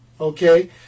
Okay